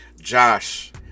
josh